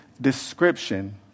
description